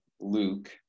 Luke